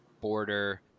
border